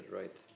right